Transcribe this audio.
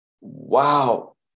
wow